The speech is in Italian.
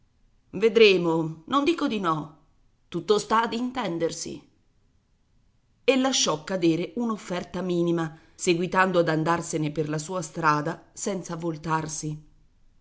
vedremo non dico di no tutto sta ad intendersi e lasciò cadere un'offerta minima seguitando ad andarsene per la sua strada senza voltarsi